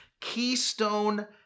keystone